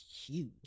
huge